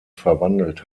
verwandelt